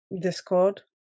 Discord